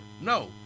no